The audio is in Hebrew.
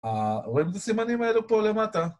רואים את הסימנים האלו פה למטה?